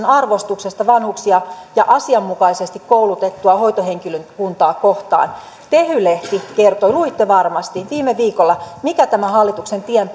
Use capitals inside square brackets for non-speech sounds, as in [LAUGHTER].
[UNINTELLIGIBLE] arvostuksesta vanhuksia ja asianmukaisesti koulutettua hoitohenkilökuntaa kohtaan tehy lehti kertoi luitte varmasti viime viikolla mikä tämän hallituksen tien [UNINTELLIGIBLE]